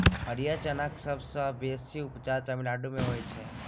हरियर चनाक सबसँ बेसी उपजा तमिलनाडु मे होइ छै